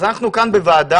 אז אנחנו כאן בוועדה,